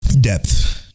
Depth